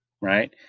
right